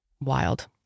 wild